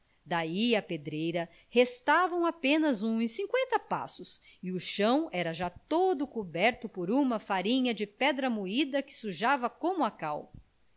daí à pedreira restavam apenas uns cinqüenta passos e o chão era já todo coberto por uma farinha de pedra moída que sujava como a cal